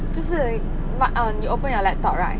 就是 my err you open your laptop right